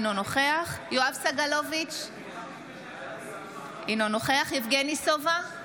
אינו נוכח יואב סגלוביץ' אינו נוכח יבגני סובה,